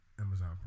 Amazon